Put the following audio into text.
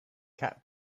cat